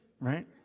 Right